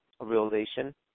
realization